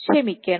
ക്ഷമിക്കണം